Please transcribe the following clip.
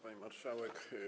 Pani Marszałek!